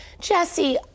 Jesse